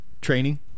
training